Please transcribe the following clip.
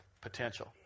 potential